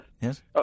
Yes